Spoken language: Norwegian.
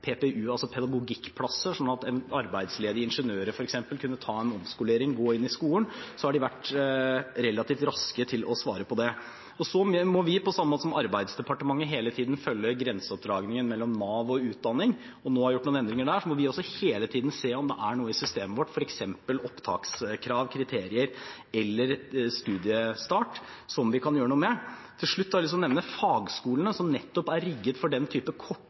altså pedagogikkplasser, sånn at f.eks. arbeidsledige ingeniører kunne ta en omskolering og gå inn i skolen. Da var de relativt raske til å svare på det. Vi må – på samme måte som Arbeids- og sosialdepartementet – hele tiden følge grensedragningen mellom Nav og utdanning, og nå har vi gjort noen endringer på det. Så vi må også hele tiden se om det er noe i systemet vårt, f.eks. knyttet til opptakskrav, kriterier eller studiestart, som vi kan gjøre noe med. Til slutt har jeg lyst å nevne fagskolene, som er rigget for